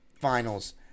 finals